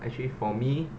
actually for me